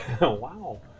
Wow